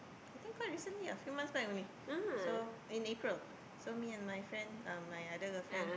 I think quite recently lah few months back only so in April so me and my friend um my other girl friend